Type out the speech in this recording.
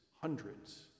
hundreds